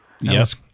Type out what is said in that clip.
Yes